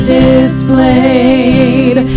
displayed